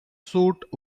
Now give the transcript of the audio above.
suit